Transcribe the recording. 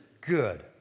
good